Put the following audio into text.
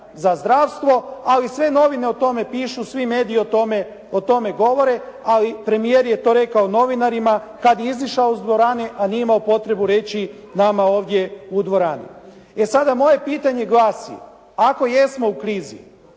za zdravstvo, ali sve novine o tome pišu, svi mediji o tome govore. Ali premijer je to rekao novinarima kad je izišao iz dvorane, a nije imao potrebu reći nama ovdje u dvorani. E sada moje pitanje glasi. Ako jesmo u krizi,